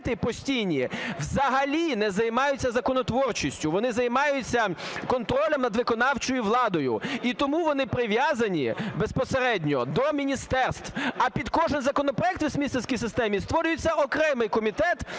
комітети постійні взагалі не займаються законотворчістю, вони займаються контролем над виконавчою владою і тому вони прив’язані безпосередньо до міністерств. А під кожний законопроект у вестмінстерській системі створюється окремий комітет